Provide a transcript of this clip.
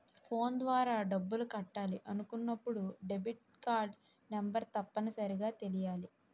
phone ద్వారా డబ్బులు కట్టాలి అనుకున్నప్పుడు డెబిట్కార్డ్ నెంబర్ తప్పనిసరిగా తెలియాలి